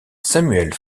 samuel